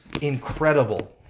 incredible